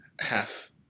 half